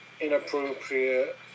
inappropriate